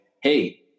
hey